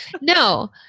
No